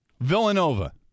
Villanova